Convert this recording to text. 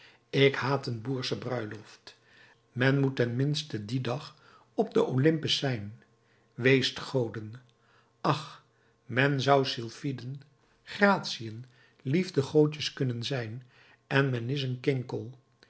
ik haat een boersche bruiloft men moet ten minste dien dag op den olympus zijn weest goden ach men zou sylphiden gratiën liefdegoodjes kunnen zijn en men is een kinkel